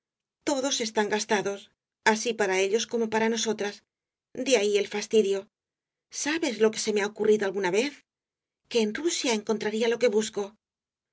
todos están gastados así para ellos como para nosotras de ahí el fastidio sabes lo que se me ha ocurrido alguna vez que en rusia encontraría lo que busco